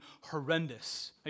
horrendous